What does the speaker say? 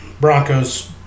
Broncos